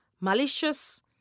malicious